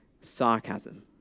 sarcasm